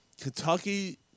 Kentucky